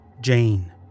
Jane